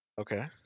Okay